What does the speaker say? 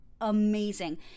amazing